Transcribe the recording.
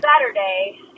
Saturday